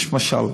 יש משל: